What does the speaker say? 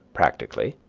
practically,